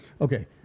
Okay